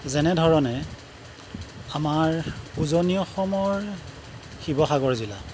যেনেধৰণে আমাৰ উজনি অসমৰ শিৱসাগৰ জিলা